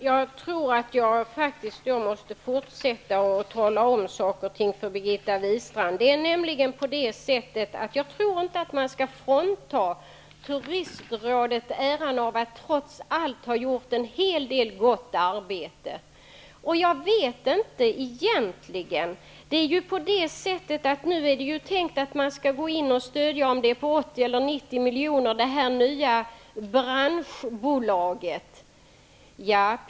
Herr talman! Jag tror att jag måste fortsätta att tala om saker och ting för Birgitta Wistrand. Jag tror inte att man skall frånta Turistrådet äran av att trots allt ha gjort en hel del gott arbete. Nu är det ju tänkt att man skall gå in och stödja det nya branschbolaget med 80 eller 90 miljoner.